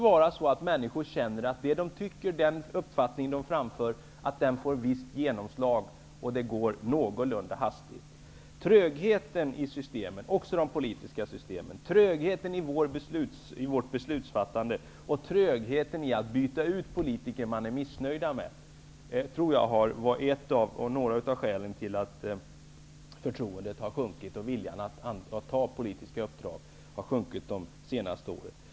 Vad människor tycker, den uppfattning som de framför, måste få ett visst genomslag. Dessutom måste det alltså gå någorlunda hastigt. Trögheten i systemet -- det gäller också de politiska systemen -- trögheten i vårt beslutsfattande och trögheten när det gäller att byta ut politiker som man är missnöjd med tror jag är några av skälen till att förtroendet har minskat och till att också viljan att anta politiska uppdrag har minskat under de senaste åren.